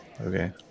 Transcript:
Okay